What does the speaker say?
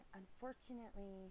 unfortunately